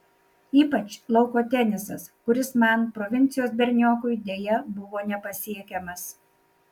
ypač lauko tenisas kuris man provincijos berniokui deja buvo nepasiekiamas